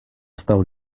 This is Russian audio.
стала